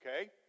Okay